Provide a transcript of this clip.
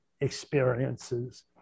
experiences